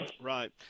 Right